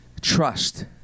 trust